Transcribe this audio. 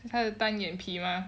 是她的单眼皮 mah